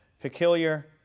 peculiar